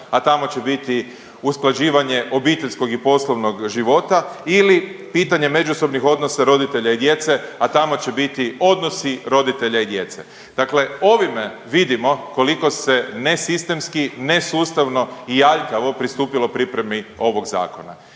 a tamo će biti usklađivanje obiteljskog i poslovnog života ili pitanje međusobnih odnosa roditelja i djece, a tamo će biti odnosi roditelja i djece. Dakle, ovime vidimo koliko se nesistemski, nesustavno i aljkavo pristupilo pripremi ovog zakona.